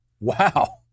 Wow